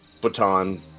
baton